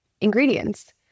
ingredients